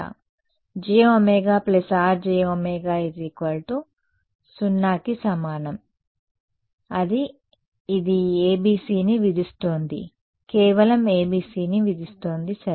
jω Rjω 0కి సమానం అది ఇది ABC ని విధిస్తోంది కేవలం ABC ని విధిస్తోంది సరే